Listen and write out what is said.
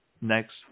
next